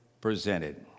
presented